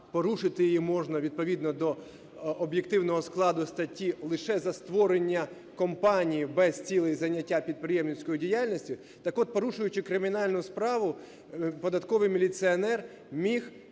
порушити її можна відповідно до об'єктивного складу статті лише за створення компанії без цілей зайняття підприємницькою діяльністю. Так от порушуючи кримінальну справу податковий міліціонер міг